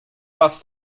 was